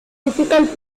difficult